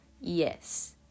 yes